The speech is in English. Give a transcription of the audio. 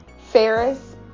Ferris